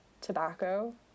tobacco